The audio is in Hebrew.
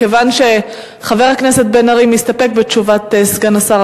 מכיוון שחבר הכנסת בן-ארי מסתפק בתשובת סגן השר,